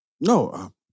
No